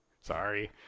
Sorry